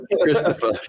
Christopher